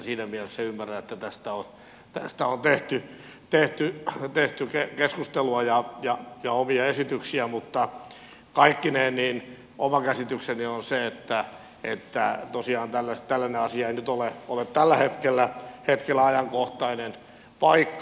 siinä mielessä ymmärrän että tästä on tehty keskustelua ja omia esityksiä mutta kaikkineen oma käsitykseni on se että tosiaan tällainen asia ei nyt ole tällä hetkellä ajankohtainen paikka